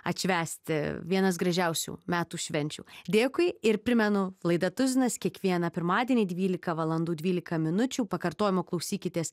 atšvęsti vienas gražiausių metų švenčių dėkui ir primenu laida tuzinas kiekvieną pirmadienį dvylika valandų dvylika minučių pakartojimo klausykitės